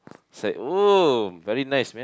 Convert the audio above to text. it's like oh very nice man